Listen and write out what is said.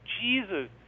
Jesus